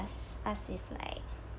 past past is like